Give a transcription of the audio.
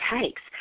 takes